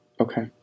Okay